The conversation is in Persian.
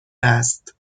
است